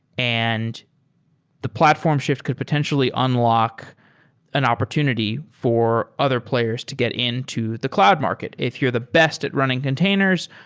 and the platform shift could potentially unlock an opportunity for other players to get into the cloud market. if you are the best at running containers,